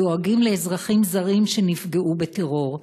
דואגים לאזרחים זרים שנפגעו בטרור,